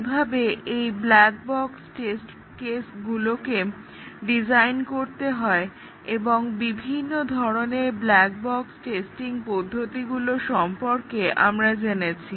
কিভাবে এই black box test কেসগুলোকে ডিজাইন করতে হয় এবং বিভিন্ন ধরনের ব্ল্যাক বক্স টেস্টিং পদ্ধতিগুলো সম্পর্কে জেনেছি